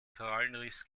korallenriffs